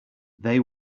they